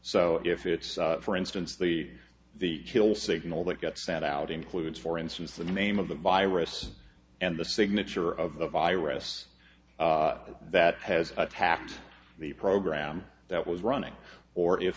so if it's for instance the the kill signal that gets sent out includes for instance the name of the virus and the signature of the virus that has attacked the program that was running or if